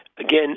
Again